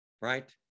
Right